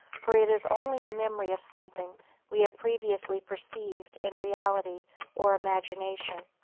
for it is only a memory of something we have previously perceived in reality or imagination.